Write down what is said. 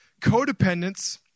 Codependence